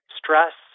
stress